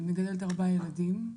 מגדלת 4 ילדים,